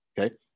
okay